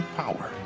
power